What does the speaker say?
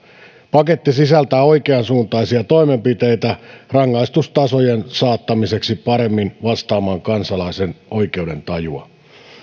paketti sisältää oikeansuuntaisia toimenpiteitä rangaistustasojen saattamiseksi paremmin vastaamaan kansalaisen oikeudentajua